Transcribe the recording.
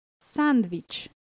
sandwich